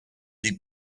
sie